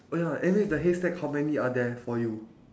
oh ya anyways the haystack how many are there for you